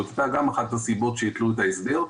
זאת הייתה גם אחת הסיבות שהיתלו את ההסדר,